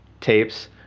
tapes